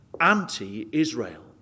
anti-Israel